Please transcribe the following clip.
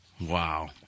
wow